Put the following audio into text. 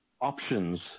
options